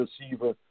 receiver